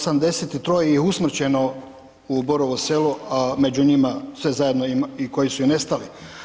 83. ih je usmrćeno u Borovu Selu, a među njima sve zajedno ima i koji su i nestali.